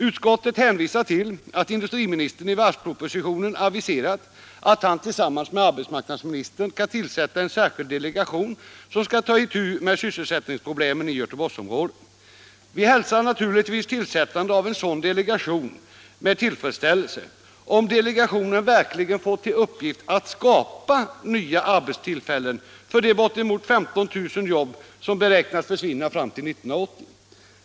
Utskottet hänvisar till att industriministern i varvspropositionen aviserat att han tillsammans med arbetsmarknadsministern skall tillsätta en särskild delegation, som får ta itu med sysselsättningsproblemen i Göteborgsområdet. Vi hälsar naturligtvis tillsät tandet av en sådan delegation med tillfredsställelse, om delegationen verkligen får till uppgift att skapa nya arbetstillfällen för att ersätta de bortemot 15 000 jobb som beräknas försvinna fram till 1980.